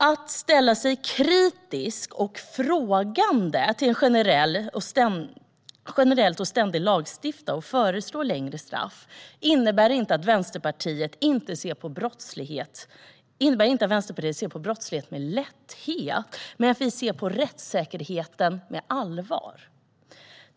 Att ställa sig kritisk och frågande till att ständigt lagstifta och generellt föreslå längre straff innebär inte att Vänsterpartiet ser på brottslighet med lätthet, men vi ser allvarligt på rättssäkerheten.